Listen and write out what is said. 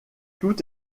tout